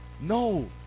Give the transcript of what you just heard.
No